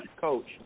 coach